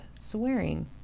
swearing